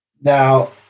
Now